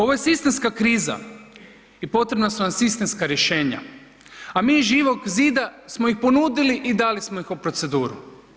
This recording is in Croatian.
Ovo je sistemska kriza i potrebna su nam sistemska rješenja, a mi iz Živog zida smo ih ponudili i dali smo ih u proceduru.